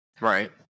Right